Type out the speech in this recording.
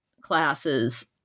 classes